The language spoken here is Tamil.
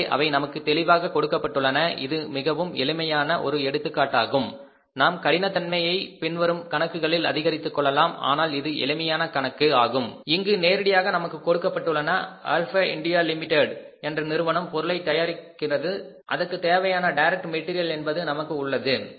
எனவே அவை நமக்கு தெளிவாக கொடுக்கப்பட்டுள்ளன இது மிகவும் எளிமையான ஒரு எடுத்துக்காட்டாகும் நாம் கடினத்தன்மையை பின்வரும் கணக்குகளில் அதிகரித்துக்கொள்ளலாம் ஆனால் இது எளிமையான கணக்கு ஆகும் இங்கு நேரடியாக நமக்கு கொடுக்கப்பட்டுள்ளன ஆல்பா இந்தியா லிமிடெட் என்ற நிறுவனம் பொருளை தயாரிப்பதற்கு தேவையான டைரக்ட் மெட்டீரியல் என்பது நமக்கு உள்ளது